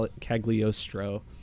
Cagliostro